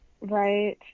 Right